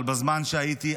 אבל בזמן שהייתי,